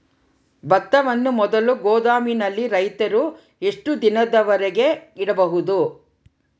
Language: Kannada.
ಭತ್ತವನ್ನು ಮೊದಲು ಗೋದಾಮಿನಲ್ಲಿ ರೈತರು ಎಷ್ಟು ದಿನದವರೆಗೆ ಇಡಬಹುದು?